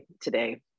today